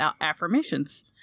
affirmations